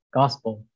gospel